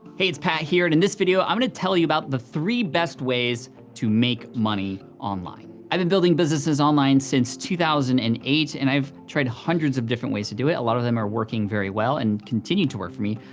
hey, it's pat here, and in this video i'm gonna tell you about the three best ways to make money online. i've been building businesses online since two thousand and eight, and i've tried hundreds of different ways to do it, a lot of them are working very well, and continue to work for me.